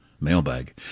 mailbag